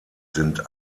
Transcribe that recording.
sind